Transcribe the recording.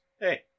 Hey